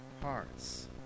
hearts